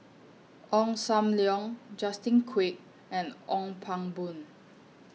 Ong SAM Leong Justin Quek and Ong Pang Boon